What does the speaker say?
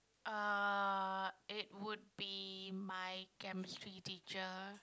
uh it would be my Chemistry teacher